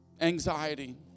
anxiety